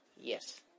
Yes